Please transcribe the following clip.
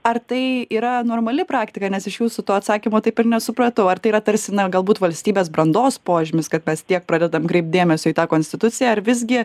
ar tai yra normali praktika nes iš jūsų to atsakymo taip ir nesupratau ar tai yra tarsi na galbūt valstybės brandos požymis kad mes tiek pradedam kreipt dėmesio į tą konstituciją ar visgi